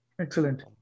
excellent